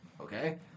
Okay